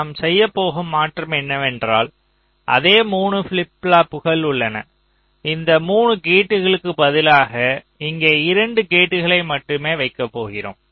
நாம் செய்ய போகும் மாற்றம் என்னவென்றால் அதே 3 ஃபிளிப் ஃப்ளாப்புகள் உள்ளன இந்த 3 கேட்களுக்கு பதிலாக இங்கே 2 கேட்களை மட்டுமே வைக்கப்போகிறோம்